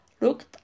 looked